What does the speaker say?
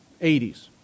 80s